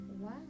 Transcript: Wow